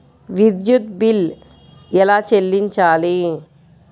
విద్యుత్ బిల్ ఎలా చెల్లించాలి?